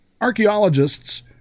archaeologists